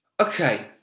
Okay